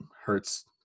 hurts